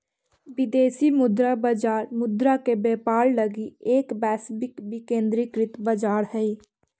विदेशी मुद्रा बाजार मुद्रा के व्यापार लगी एक वैश्विक विकेंद्रीकृत बाजार हइ